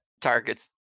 targets